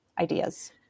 ideas